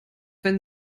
wenn